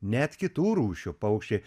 net kitų rūšių paukščiai